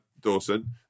Dawson